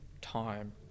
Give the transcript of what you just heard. time